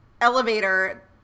elevator